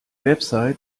website